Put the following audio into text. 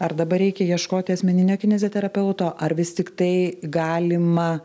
ar dabar reikia ieškoti asmeninio kineziterapeuto ar vis tiktai galima